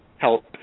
Help